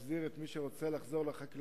הדרך להחזיר את מי שרוצה לחזור לחקלאות